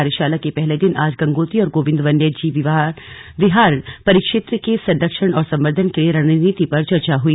कार्यशाला के पहले दिन आज गंगोत्री और गोविन्द वन्य जीव विहार परिक्षेत्र के संरक्षण और सवंधन के लिए रणनीति पर चर्चा हई